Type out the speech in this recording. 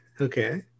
Okay